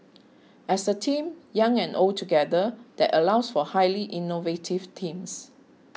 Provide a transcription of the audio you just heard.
as a team young and old together that allows for highly innovative teams